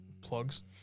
Plugs